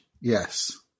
Yes